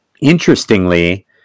Interestingly